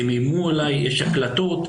הם איימו עליי, יש הקלטות.